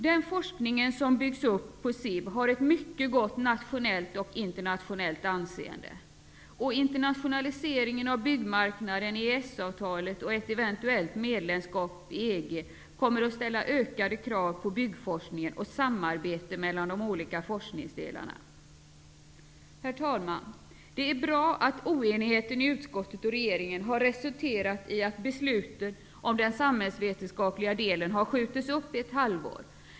Den forskning som byggts upp på SIB har ett mycket gott nationellt och internationellt anseende. Internationaliseringen av byggmarknaden, EES-avtalet och ett eventuellt medlemskap i EG kommer att ställa ökade krav på byggforskningen och samarbetet mellan de olika forskningsdelarna. Herr talman! Det är bra att oenigheten i utskottet och regeringen har resulterat i att beslutet om den samhällsvetenskapliga delen har skjutits upp ett halvår.